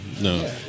No